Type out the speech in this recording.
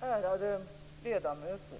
Ärade ledamöter!